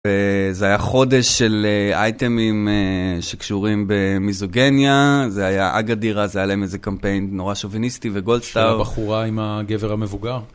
זה היה חודש של אייטמים שקשורים במיזוגניה, זה היה אגאדיר, אז היה להם איזה קמפיין נורא שוביניסטי, וגולדסטאר. של הבחורה עם הגבר המבוגר?